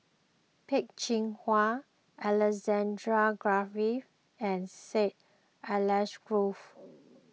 Peh Chin Hua Alexander Guthrie and Syed Alsagoff